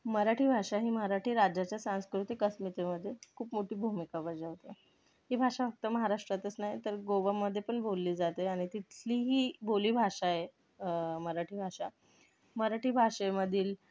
मराठी भाषा ही मराठी राज्याच्या सांस्कृतिक अस्मितेमध्ये खूप मोठी भूमिका बजावते ही भाषा फक्त महाराष्ट्रातच नाही तर गोव्यामध्ये पण बोलली जाते आणि तिथली ही बोली भाषा आहे मराठी भाषा मराठी भाषेमधील